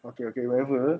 okay okay whatever